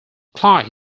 clyde